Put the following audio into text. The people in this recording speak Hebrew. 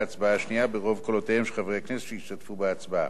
בהצבעה השנייה ברוב קולותיהם של חברי הכנסת שהשתתפו בהצבעה.